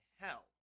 Hell